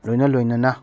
ꯂꯣꯏꯅ ꯂꯣꯏꯅꯅ